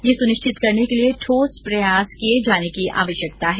यह सुनिश्चित करने के लिए ठोस प्रयास किए जाने की आवश्यकता है